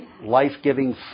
life-giving